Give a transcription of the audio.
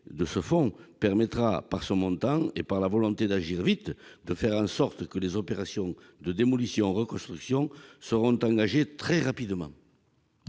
de ce fonds permettra, par son montant et par la volonté d'agir vite, de faire en sorte que les opérations de démolition et de reconstruction soient engagées très rapidement